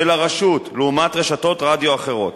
של הרשות, לעומת רשתות רדיו אחרות.